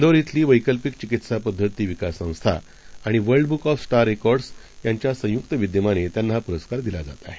वीर विली वैकल्पिक चिकित्सा पद्धती विकास संस्था आणि World Book of Star Records यांच्या संयुक्त विद्यमाने त्यांना हा पुस्स्कार दिला जात आहे